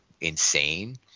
insane